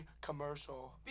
commercial